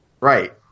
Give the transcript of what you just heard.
Right